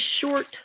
short